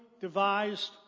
devised